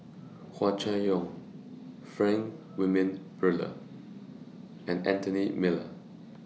Hua Chai Yong Frank Wilmin Brewer and Anthony Miller